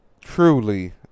Truly